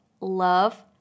love